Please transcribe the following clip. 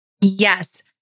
Yes